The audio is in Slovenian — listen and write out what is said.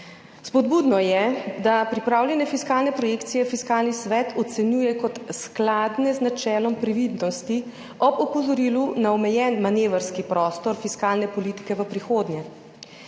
Spodbudno je, da pripravljene fiskalne projekcije Fiskalni svet ocenjuje kot skladne z načelom previdnosti ob opozorilu na omejen manevrski prostor fiskalne politike v prihodnje.